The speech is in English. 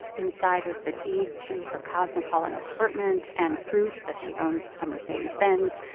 inside was the deed to her cosmopolitan apartment and proof that she owns a mercedes-benz.